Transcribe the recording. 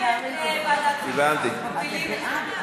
אנחנו מפילים את זה.